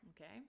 Okay